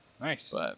Nice